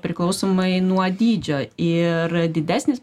priklausomai nuo dydžio ir didesnis